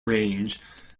range